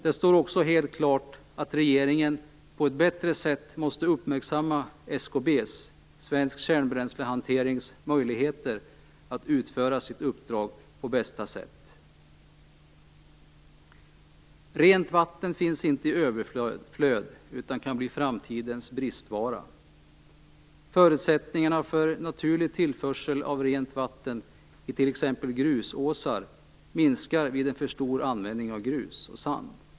Det står också helt klart att regeringen på ett bättre sätt måste uppmärksamma SKB:s, Svensk Kärnbränslehanterings, möjligheter att utföra sitt uppdrag på bästa sätt. Rent vatten finns inte i överflöd. Det kan bli framtidens bristvara. Förutsättningarna för naturlig tillförsel av rent vatten i t.ex. grusåsar, minskar vid en för stor användning av grus och sand.